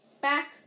Back